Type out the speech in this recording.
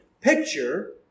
picture